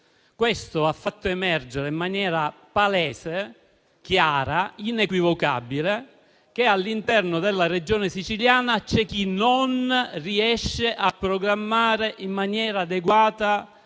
Ciò ha fatto emergere in maniera palese, chiara ed inequivocabile che all'interno della Regione Siciliana c'è chi non riesce a programmare in maniera adeguata